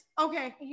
Okay